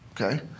Okay